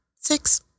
six